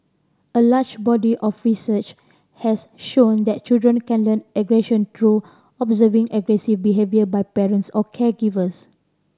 a large body of research has shown that children can learn aggression observing aggressive behaviour by parents or caregivers